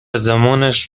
زمانش